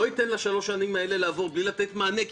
לא ייתן לשלוש שנים האלה לעבור בלי לתת מענה.